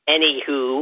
Anywho